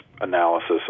analysis